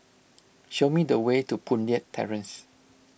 show me the way to Boon Leat Terrace